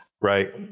Right